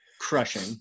crushing